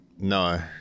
No